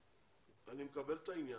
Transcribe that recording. אני מקבל את העניין,